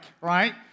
right